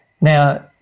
Now